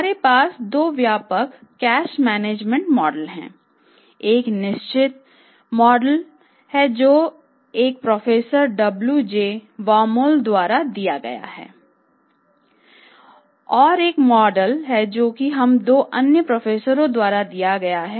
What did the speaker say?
हमारे पास दो व्यापक कैश मैनेजमेंट मॉडल हैं एक निश्चित मॉडल है जो हमें एक प्रोफेसर WJ Baumol द्वारा दिया गया है